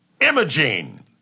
Imogene